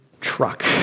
truck